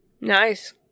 Nice